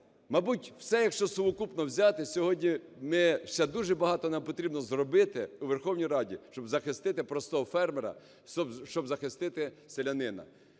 Мабуть, все якщо совокупно взяти сьогодні, ще дуже багато нам потрібно зробити у Верховній Раді, щоб захистити простого фермера, щоб захистити селянина.